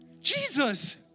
Jesus